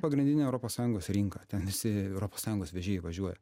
pagrindinė europos sąjungos rinka ten visi europos sąjungos vežėjai važiuoja